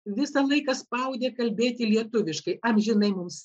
visą laiką spaudė kalbėti lietuviškai amžinai mums